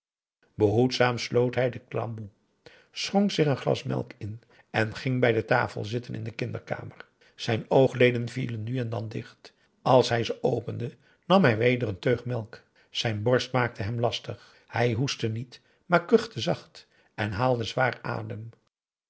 behoedzaam sloot hij den klamboe schonk zich een glas melk in en ging bij de tafel zitten in de kinderkamer zijn oogleden vielen nu en dan dicht als hij ze opende nam hij weder een teug melk zijn borst maakte het hem lastig hij hoestte niet maar kuchte zacht en haalde zwaar adem